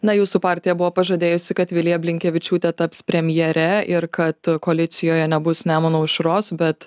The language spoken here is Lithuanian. na jūsų partija buvo pažadėjusi kad vilija blinkevičiūtė taps premjere ir kad koalicijoje nebus nemuno aušros bet